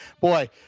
boy